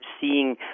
seeing